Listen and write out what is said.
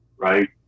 Right